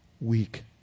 weak